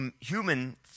human